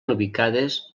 ubicades